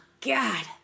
God